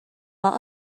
while